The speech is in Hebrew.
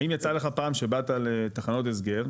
האם יצא לך פעם שבאת לתחנות הסגר,